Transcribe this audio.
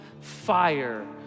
fire